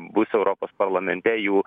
bus europos parlamente jų